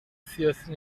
سیاسی